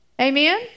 Amen